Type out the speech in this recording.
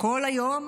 כל היום